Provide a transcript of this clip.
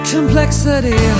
Complexity